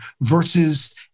versus